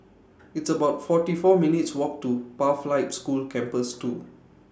It's about forty four minutes' Walk to Pathlight School Campus two